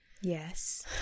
yes